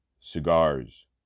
Cigars